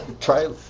Try